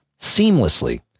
seamlessly